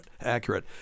accurate